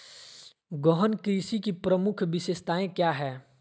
गहन कृषि की प्रमुख विशेषताएं क्या है?